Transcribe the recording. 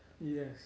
Yes